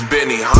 Benny